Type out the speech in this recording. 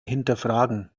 hinterfragen